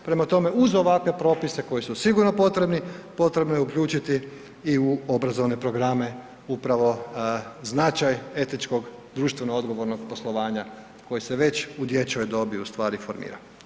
Prema tome, uz ovakve propise koji su sigurno potrebni, potrebno je uključiti i u obrazovne programe upravo značaj etičkog društveno odgovornog poslovanje koje se već u dječjoj dobi ustvari formira.